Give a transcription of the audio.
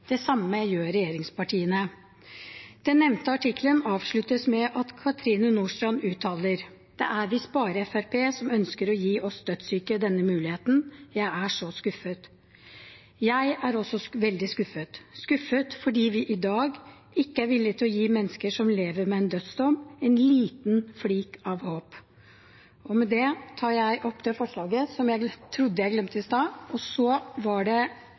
Det samme gjør regjeringspartiene. Den nevnte artikkelen avsluttes med at Cathrine Nordstrand uttaler: «Det er visst bare Frp som ønsker å gi oss dødssyke denne muligheten. Jeg er så skuffet.» Jeg er også veldig skuffet fordi vi i dag ikke er villige til å gi mennesker som lever med en dødsdom, en liten flik av håp. Så er det kommet inn noen løse forslag. SV har et løst forslag som egentlig handler om at regjeringen skal ta en ny vurdering. Jeg er usikker på om det